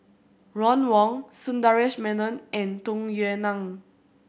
Ron Wong Sundaresh Menon and Tung Yue Nang